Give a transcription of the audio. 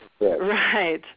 Right